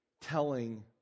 telling